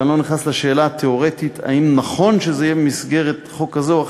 ואני לא נכנס לשאלה התיאורטית אם נכון שזה יהיה במסגרת חוק כזה או אחר,